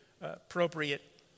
appropriate